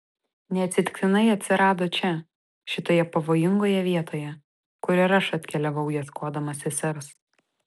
neatsitiktinai atsirado čia šitoje pavojingoje vietoje kur ir aš atkeliavau ieškodama sesers